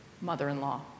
mother-in-law